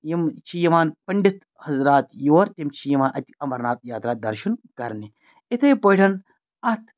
یِم چھِ یِوان پنٛڈِت حضرات یور تِم چھِ یِوان اَتہِ اَمرناتھ یاترا دَرشُن کَرنہِ یِتھَے پٲٹھۍ اَتھ